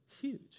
huge